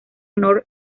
nord